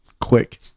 quick